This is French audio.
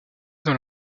dans